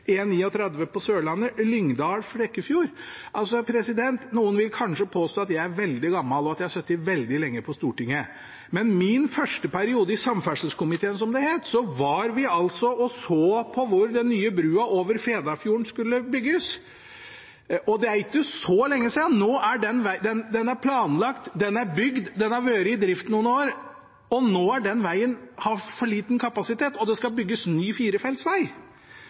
en veg som ble ferdigstilt på 1990-tallet. Det er åpenbart at den vegen ble bygd med for dårlig kapasitet. For ikke å snakke om E39 på Sørlandet, Lyngdal–Flekkefjord, som samferdselsministeren nevnte. Noen vil kanskje påstå at jeg er veldig gammel, og at jeg har sittet veldig lenge på Stortinget. Men i min første periode – i samferdselskomiteen, som det het – var vi og så på hvor den nye brua over Fedafjorden skulle bygges. Det er ikke så lenge siden. Den er planlagt, den er bygd, den har vært i drift noen år, og nå har den vegen for liten kapasitet,